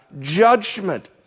judgment